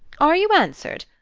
are you answered?